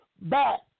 back